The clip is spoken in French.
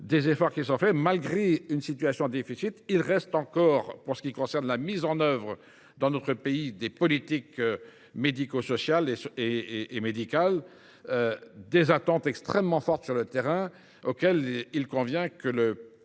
les efforts effectués, malgré une situation difficile, il reste encore, pour ce qui concerne la mise en œuvre dans notre pays des politiques médico sociales et médicales, des attentes extrêmement fortes sur le terrain. Il convient que le